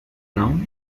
now